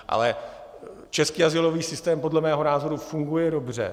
Ale český azylový systém podle mého názoru funguje dobře.